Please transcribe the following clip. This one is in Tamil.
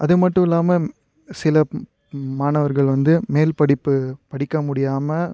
அது மட்டும் இல்லாமல் சில மாணவர்கள் வந்து மேல் படிப்பு படிக்க முடியாமல்